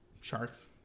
Sharks